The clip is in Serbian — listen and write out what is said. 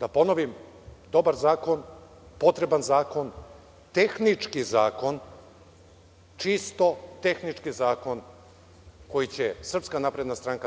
da ponovim dobar zakon, potreban zakon, tehnički zakon, čisto tehnički zakon koji će SNS,